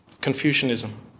Confucianism